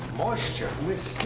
moisture